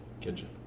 kitchen